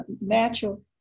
natural